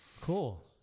Cool